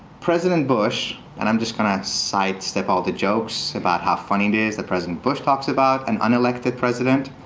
president bush and i'm just going to sidestep all the jokes about how funny it is that president bush talks about an unelected president.